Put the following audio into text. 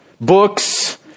books